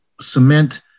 cement